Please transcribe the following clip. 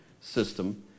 system